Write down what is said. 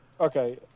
okay